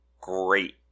great